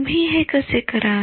तुम्ही हे कसे कराल